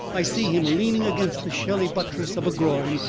i see him leaning against the shelly buttress of a groin,